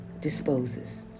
disposes